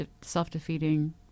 self-defeating